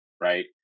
right